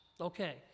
Okay